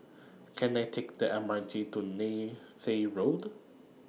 Can I Take The M R T to Neythai Road